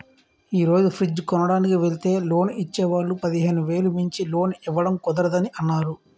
ఈ రోజు ఫ్రిడ్జ్ కొనడానికి వెల్తే లోన్ ఇచ్చే వాళ్ళు పదిహేను వేలు మించి లోన్ ఇవ్వడం కుదరదని అన్నారు